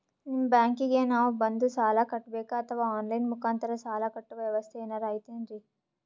ನಿಮ್ಮ ಬ್ಯಾಂಕಿಗೆ ನಾವ ಬಂದು ಸಾಲ ಕಟ್ಟಬೇಕಾ ಅಥವಾ ಆನ್ ಲೈನ್ ಮುಖಾಂತರ ಸಾಲ ಕಟ್ಟುವ ವ್ಯೆವಸ್ಥೆ ಏನಾರ ಐತೇನ್ರಿ?